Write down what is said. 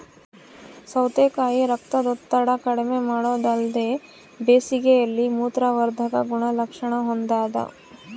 ಸೌತೆಕಾಯಿ ರಕ್ತದೊತ್ತಡ ಕಡಿಮೆಮಾಡೊದಲ್ದೆ ಬೇಸಿಗೆಯಲ್ಲಿ ಮೂತ್ರವರ್ಧಕ ಗುಣಲಕ್ಷಣ ಹೊಂದಾದ